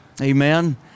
Amen